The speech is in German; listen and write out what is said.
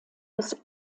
des